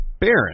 Baron